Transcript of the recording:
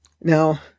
Now